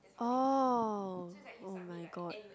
oh oh my god